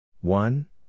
One